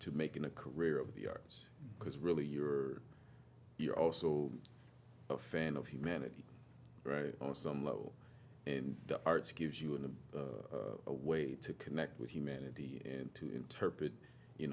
to making a career of the arts because really you're you're also a fan of humanity on some level and the arts gives you in a way to connect with humanity and to interpret you